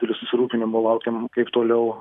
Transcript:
ir susirūpinimu laukiam kaip toliau